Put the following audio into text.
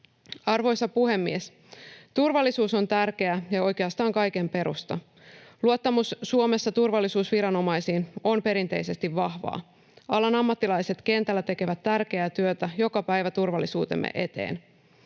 Arvoisa puhemies! Turvallisuus on tärkeää ja oikeastaan kaiken perusta. Luottamus turvallisuusviranomaisiin on Suomessa perinteisesti vahvaa. Alan ammattilaiset kentällä tekevät tärkeää työtä joka päivä turvallisuutemme eteen.